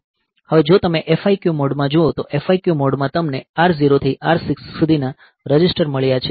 હવે જો તમે FIQ મોડમાં જુઓ તો FIQ મોડમાં તમને R0 થી R6 સુધીના રજિસ્ટર મળ્યા છે